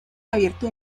abierto